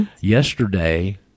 Yesterday